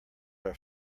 are